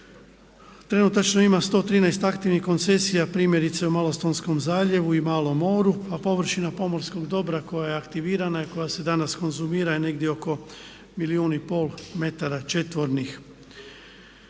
Trenutačno ima 113 aktivnih koncesija primjerice u Malostonskom zaljevu i Malom moru a površina pomorskog dobra koja je aktivirana i koja se danas konzumira je negdje oko milijun i pol metara četvornih.